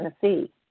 Tennessee